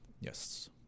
Yes